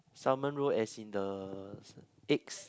salmon roe as in the eggs